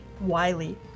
Wiley